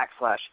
backslash